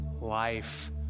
life